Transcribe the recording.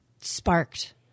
sparked